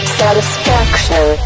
satisfaction